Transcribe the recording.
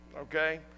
okay